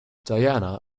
diana